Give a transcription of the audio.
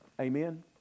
Amen